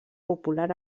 popular